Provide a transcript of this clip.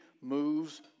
moves